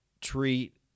treat –